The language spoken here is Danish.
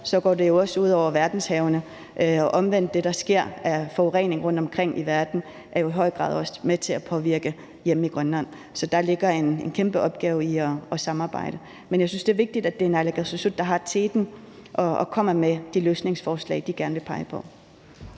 går det også ud over verdenshavene, og omvendt er det, det der sker af forurening rundtomkring i verden, jo i høj grad også med til at påvirke det hjemme i Grønland. Så der ligger en kæmpe opgave i at samarbejde. Men jeg synes, det er vigtigt, at det er naalakkersuisut, der har teten, og som kommer med de løsningsforslag, som de gerne vil pege på.